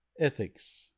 ethics